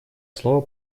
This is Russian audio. слово